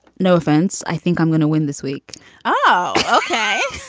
no offense, i think i'm going to win this week oh, ok